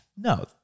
No